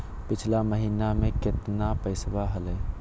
पिछला महीना मे कतना पैसवा हलय?